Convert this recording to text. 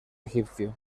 egipcio